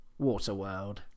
Waterworld